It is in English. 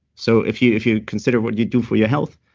so if you if you consider what you do for your health,